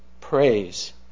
praise